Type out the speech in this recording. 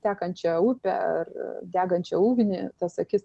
tekančią upę ar degančią ugnį tas akis